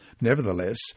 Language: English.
Nevertheless